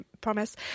promise